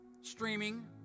streaming